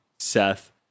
Seth